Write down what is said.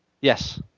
Yes